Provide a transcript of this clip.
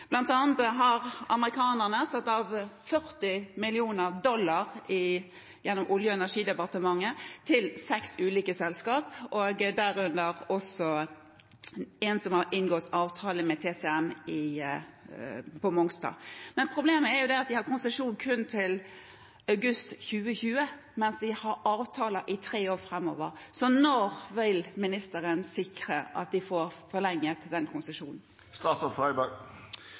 har amerikanerne satt av 40 mill. dollar gjennom sitt olje- og energidepartement til seks ulike selskaper, derunder også et som har inngått avtale med TCM på Mongstad. Problemet er at de har konsesjon kun til august 2020, mens de har avtaler i tre år framover. Når vil ministeren sikre at de får forlenget den konsesjonen?